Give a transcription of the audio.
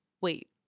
wait